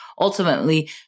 ultimately